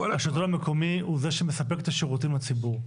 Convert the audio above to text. השלטון המקומי הוא זה שמספק את השירותים לציבור.